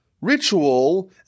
ritual